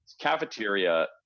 cafeteria